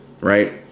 right